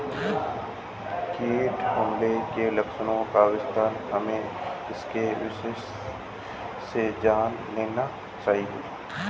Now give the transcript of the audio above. कीट हमले के लक्षणों का विवरण हमें इसके विशेषज्ञों से जान लेनी चाहिए